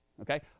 okay